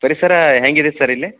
ಪರಿಸರ ಹೇಗಿದೆ ಸರ್ ಇಲ್ಲಿ